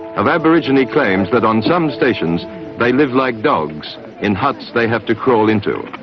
of aborigine claims that on some stations they live like dogs in huts they have to crawl into.